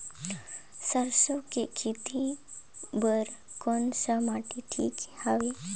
सरसो के खेती बार कोन सा माटी ठीक हवे?